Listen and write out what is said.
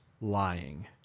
lying